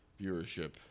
viewership